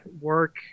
work